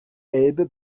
elbe